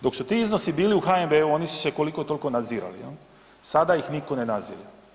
Dok su ti iznosi bili u HNB-u oni su se koliko toliko nadzirali jel, sada ih nitko ne nadzire.